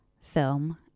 film